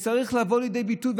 זה צריך לבוא לידי ביטוי.